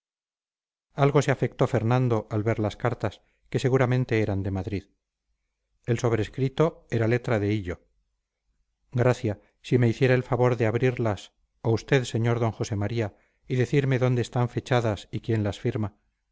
algo se afectó fernando al ver las cartas que seguramente eran de madrid el sobrescrito era letra de hillo gracia si me hiciera el favor de abrirlas o usted sr d josé maría y decirme dónde están fechadas y quién las firma